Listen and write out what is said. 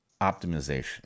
optimization